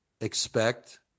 expect